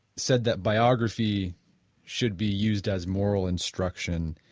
said that biography should be used as moral instruction.